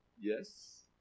Yes